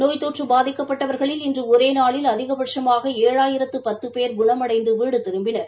நோய் தொற்று பாதிக்கப்பட்டவர்களில் இன்று ஒரே நாளில் அதிகபட்சமாக ஏழாயிரத்து பத்து போ குணமடைந்து வீடு திரும்பினர்